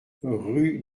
rue